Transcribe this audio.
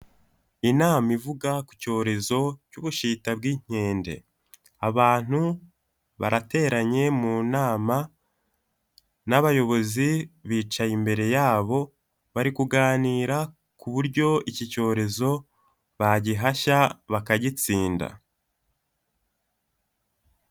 Inama ivuga ku cyorezo cy'ubushita bw'inkende, abantu barateranye mu nama n'abayobozi bicaye imbere yabo, bari kuganira ku buryo iki cyorezo bagihashya bakagitsinda.